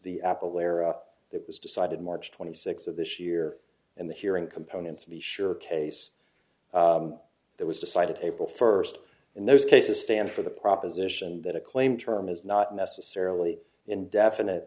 the apple where it was decided march twenty sixth of this year and the hearing component to be sure case there was decided able first in those cases stand for the proposition that a claim term is not necessarily indefinite